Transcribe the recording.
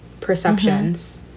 perceptions